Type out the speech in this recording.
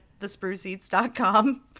thespruceeats.com